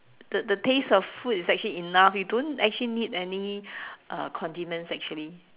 the the taste of food is actually enough you don't actually need any uh condiments actually